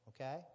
okay